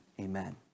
Amen